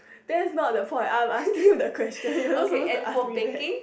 there's not the point I'm asking you the question you not supposed to ask me back